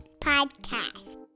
podcast